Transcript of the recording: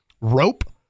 rope